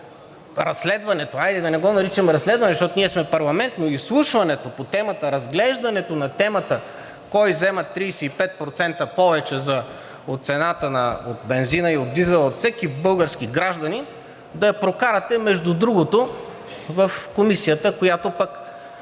разследването, хайде да не го наричам разследване, защото ние сме парламент, но изслушването по темата, разглеждането на темата кой взема 35% повече от цената на бензина, на дизела и от всеки български гражданин, да я прокарате, между другото, в Комисията, която пък